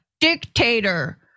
dictator